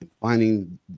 Finding